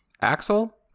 Axel